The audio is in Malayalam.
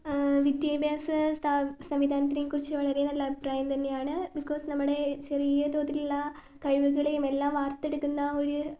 വിദ്യാഭ്യാസ സംവിധാനത്തിനെക്കുറിച്ച് വളരെ നല്ല അഭിപ്രായം തന്നെയാണ് ബികോസ് നമ്മുടെ ചെറിയ തോതിലുള്ള കഴിവുകളെയും എല്ലാം വാർത്തെടുക്കുന്ന ഒരു